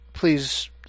Please